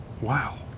Wow